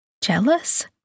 jealous